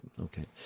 Okay